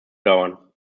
dauern